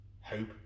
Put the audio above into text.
hope